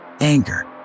Anger